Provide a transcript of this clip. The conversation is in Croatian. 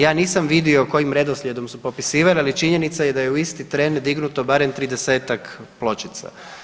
Ja nisam vidio kojim redoslijedom su popisivali, ali činjenica je da je u isti tren dignuto barem 30-tak pločica.